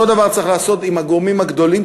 אותו הדבר צריך לעשות עם הגורמים הגדולים,